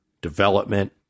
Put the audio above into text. development